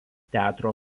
teatro